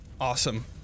Awesome